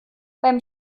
beim